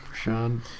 Sean